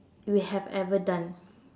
you have ever done